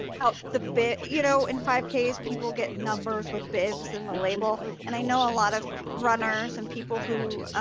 out the bit. you know in five k's people get numbers with bibs in the label and i know a lot of runners and people who